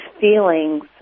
feelings